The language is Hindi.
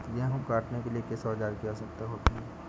गेहूँ काटने के लिए किस औजार की आवश्यकता होती है?